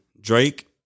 Drake